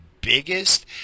biggest